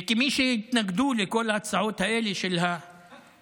וכמי שהתנגדו לכל ההצעות האלה של הקואליציה,